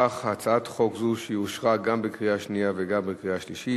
בקריאה שנייה וגם בקריאה שלישית,